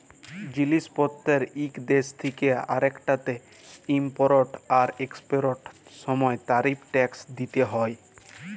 জিলিস পত্তের ইক দ্যাশ থ্যাকে আরেকটতে ইমপরট আর একসপরটের সময় তারিফ টেকস দ্যিতে হ্যয়